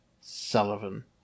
Sullivan